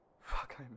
Fuck